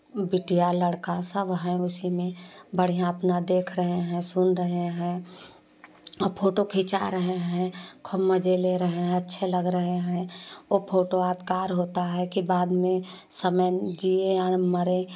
बिटिया लड़का सब हैं उसी में बढ़िया अपना देख रहे हैं सुन रहे हैं आ फोटो खींचा रहे हैं खूब मज़े ले रहे हैं अच्छे लग रहे हैं वो फोटो यादगार होता है कि बाद में समय जीए या मरें